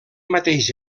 mateix